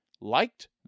liked